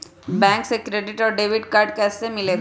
Bank से credit और debit card कैसी मिलेला?